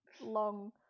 long